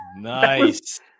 Nice